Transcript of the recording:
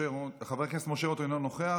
חבר הכנסת משה רוט, אינו נוכח.